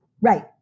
Right